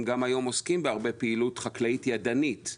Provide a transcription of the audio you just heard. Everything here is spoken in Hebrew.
היום עוסקים בהרבה פעילות חקלאית ידנית,